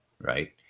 right